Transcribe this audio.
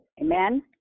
Amen